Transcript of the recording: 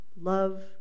love